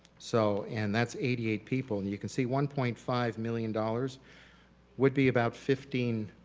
so and that's eighty eight people and you can see one point five million dollars would be about fifteen